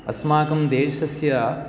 अस्माकं देशस्य